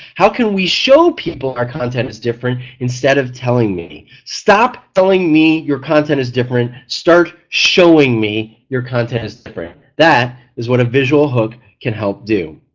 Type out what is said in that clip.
how can we show people our content is different instead of telling me. stop telling me your content is different start showing me your content is different. that is what a visual hook can help do.